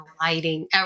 lighting